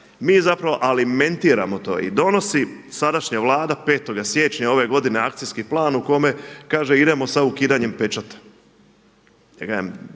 Mi zapravo alimentiramo to i donosi sadašnja Vlada 5. siječnja ove godine akcijski plan u kome kaže idemo sa ukidanjem pečata.